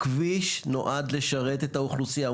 הכביש נועד לשרת את האוכלוסייה.